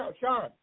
Sean